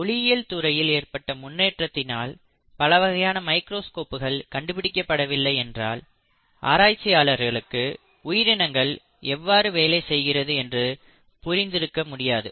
ஒளியியல் துறையில் ஏற்பட்ட முன்னேற்றத்தினால் பலவகையான மைக்ரோஸ்கோப்புகள் கண்டுபிடிக்கப்படவில்லை என்றால் ஆராய்ச்சியாளர்களுக்கு உயிரினங்கள் எவ்வாறு வேலை செய்கிறது என்று புரிந்து இருக்க முடியாது